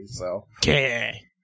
Okay